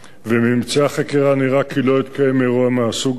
1 3. מממצאי החקירה נראה כי לא התקיים אירוע מסוג כזה.